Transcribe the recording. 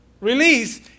release